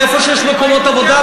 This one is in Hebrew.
ואיפה שיש מקומות עבודה,